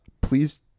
Please